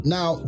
Now